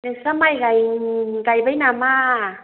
नोंस्रा माइ गाय गायबाय नामा